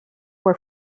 were